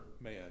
man